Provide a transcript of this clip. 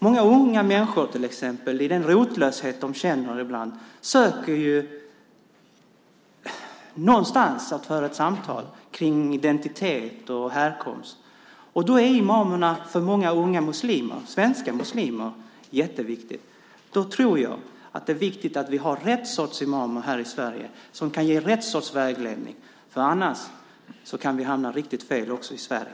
Många unga människor som ibland känner rotlöshet söker någonstans att föra ett samtal om identitet och härkomst. Då är imamerna för många unga svenska muslimer jätteviktiga. Då tror jag att det är viktigt att vi har rätt sorts imamer här i Sverige som kan ge rätt sorts vägledning. Annars kan vi hamna riktigt fel också i Sverige.